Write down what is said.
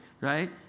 right